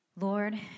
Lord